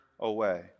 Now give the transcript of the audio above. away